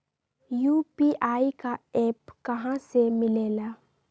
UPI का app कहा से मिलेला?